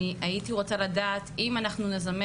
אני הייתי רוצה לדעת - אם אנחנו נזמן